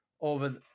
over